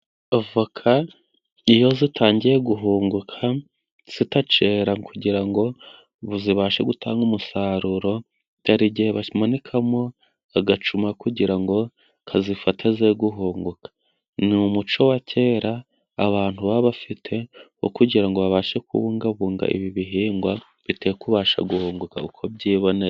Avoka iyo zitangiye guhunguka zitacyera, kugira ngo zibashe gutanga umusaruro, hari igihe bamanikamo agacuma kugira ngo kazifate ze guhunguka. Ni umuco wa kera abantu baba bafite wo kugira ngo babashe kubungabunga ibi bihingwa, bitekubasha guhunguka uko byiboneye.